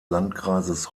landkreises